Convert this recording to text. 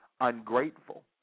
ungrateful